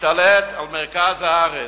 להשתלט על מרכז הארץ.